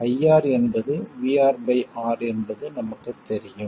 IR என்பது VRR என்பது நமக்குத் தெரியும்